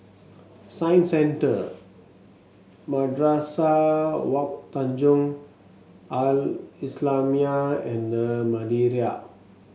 Science Centre Madrasah Wak Tanjong Al Islamiah and The Madeira